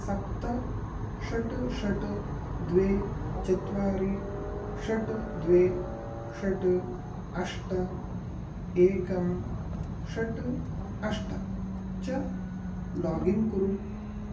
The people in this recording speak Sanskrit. सप्त षट् षट् द्वे चत्वारि षट् द्वे षट् अष्ट एकं षट् अष्ट च लागिन् कुरु